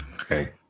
Okay